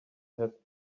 have